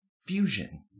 fusion